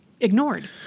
ignored